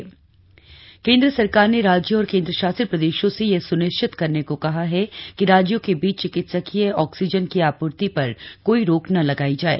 चिकित्सकीय ऑक्सीजन केन्द्र सरकार ने राज्यों और केन्द्र शासित प्रदेशों से यह स्निश्चित करने को कहा है कि राज्यों के बीच चिकित्सकीय ऑक्सीजन की आपूर्ति पर कोई रोक न लगाई जाये